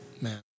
Man